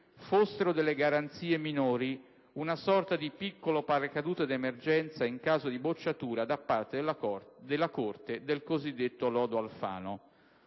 fossero delle garanzie minori, una sorta di piccolo paracadute d'emergenza in caso di bocciatura da parte della Corte del cosiddetto lodo Alfano.